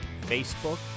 Facebook